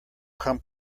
come